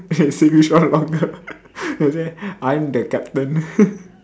then he say which one vulgar then he say I am the captain